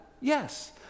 yes